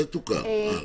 זה תוקן, הלאה.